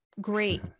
Great